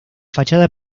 fachada